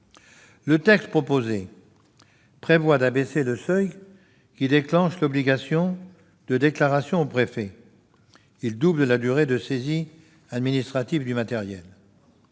de Mme Bories prévoit d'abaisser le seuil qui déclenche l'obligation de déclaration au préfet. Il double la durée de saisie administrative du matériel.